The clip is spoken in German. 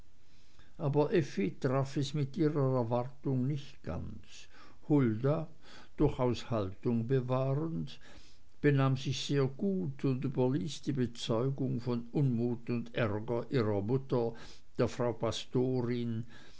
aber effi traf es mit ihrer erwartung nicht ganz hulda durchaus haltung bewahrend benahm sich sehr gut und überließ die bezeugung von unmut und ärger ihrer mutter der frau pastorin